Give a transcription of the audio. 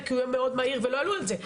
כי יהיה מאוד מהיר ולא יעלו על זה,